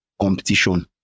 competition